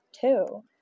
Two